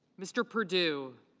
mr. perdue.